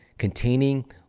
containing